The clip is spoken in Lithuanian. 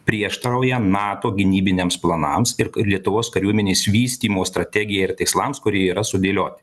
prieštarauja nato gynybiniams planams ir lietuvos kariuomenės vystymo strategijai ir tikslams kurie yra sudėlioti